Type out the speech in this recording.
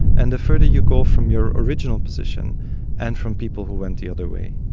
and the further you go from your original position and from people who went the other way.